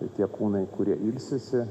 ir tie kūnai kurie ilsisi